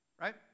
right